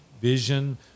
vision